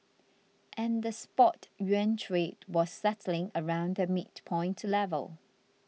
and the spot yuan trade was settling around the midpoint level